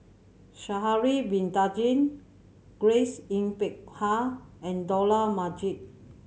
Sha'ari Bin Tadin Grace Yin Peck Ha and Dollah Majid